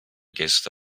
gäste